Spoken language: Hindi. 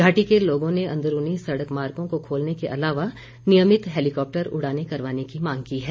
घाटी के लोगों ने अंदरूनी सड़क मार्गों को खोलने के अलावा नियमित हैलीकॉप्टर उड़ाने करवाने की मांग की है